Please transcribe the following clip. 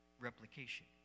replication